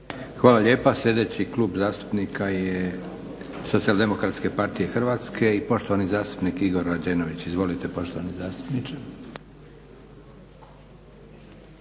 Hvala lijepa. Sljedeći klub zastupnika je SDP-a i poštovani zastupnik Igor Rađenović. Izvolite poštovani zastupniče.